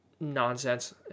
nonsense